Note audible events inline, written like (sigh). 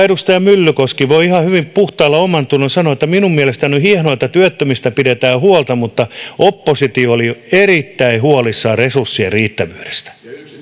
(unintelligible) edustaja myllykoski voi ihan puhtaalla omallatunnolla sanoa että minun mielestäni on hienoa että työttömistä pidetään huolta mutta oppositio oli erittäin huolissaan resurssien riittävyydestä